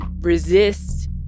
resist